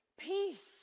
Peace